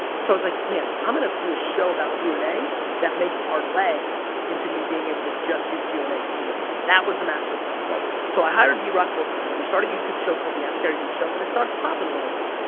so i was like man, i'm gonna do a show about q and a that may parlay into me being able to just do q and a keynotes. that was the master plan. so i hired drock full time. we start a youtube show called the askgaryvee show and it starts popping a little bit.